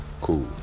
Cool